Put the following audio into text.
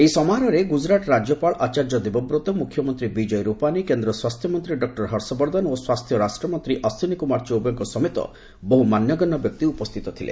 ଏହି ସମାରୋହରେ ଗୁଜରାଟ ରାଜ୍ୟପାଳ ଆଚାର୍ଯ୍ୟ ଦେବବ୍ରତ ମୁଖ୍ୟମନ୍ତ୍ରୀ ବିଜୟ ରୂପାନୀ କେନ୍ଦ୍ର ସ୍ୱାସ୍ଥ୍ୟ ମନ୍ତ୍ରୀ ଡକ୍ଟର ହର୍ଷବର୍ଦ୍ଧନ ଓ ସ୍ୱାସ୍ଥ୍ୟ ରାଷ୍ଟ୍ରମନ୍ତ୍ରୀ ଅଶ୍ୱିନୀ କୁମାର ଚୋବେଙ୍କ ସମେତ ବହୁ ମାନ୍ୟଗଣ୍ୟ ବ୍ୟକ୍ତି ଉପସ୍ଥିତ ଥିଲେ